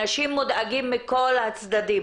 אנשים מודאגים מכל הצדדים